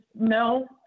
no